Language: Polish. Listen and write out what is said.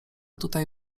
tutaj